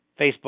Facebook